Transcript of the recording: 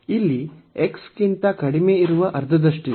ಇಲ್ಲಿ x ಕ್ಕಿಂತ ಕಡಿಮೆ ಇರುವ ಅರ್ಧದಷ್ಟಿದೆ